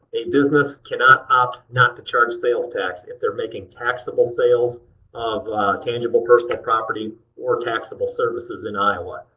a business can not opt not to charge sales tax if they're making taxable sales of tangible personal property or taxable services in iowa.